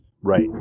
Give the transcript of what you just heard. right